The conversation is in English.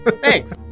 thanks